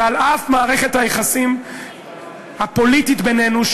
ועל אף מערכת היחסים הפוליטית בינינו,